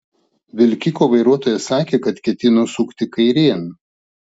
vilkiko vairuotojas sakė kad ketino sukti kairėn